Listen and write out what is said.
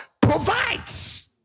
provides